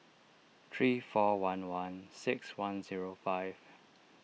three four one one six one zero five